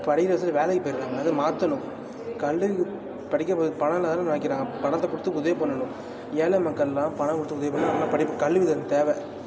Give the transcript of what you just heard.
படிக்கிற வயதுல வேலைக்கு போயிடறாங்க அதை மாற்றணும் கல்விக்கு படிக்கப் போது பணம் இல்லாதால் நினைக்கிறேன் பணத்தைக் கொடுத்து உதவி பண்ணணும் ஏழை மக்கள்லாம் பணம் கொடுத்து உதவி பண்ணிணா நல்லா படிப்பு கல்வி உதவி தேவை